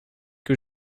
que